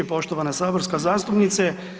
Poštovana saborska zastupnice.